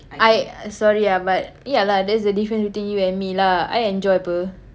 I sorry ah but ya lah that's the difference between you and me lah I enjoy [pe]